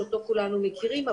שכולנו מכירים אותו,